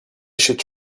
should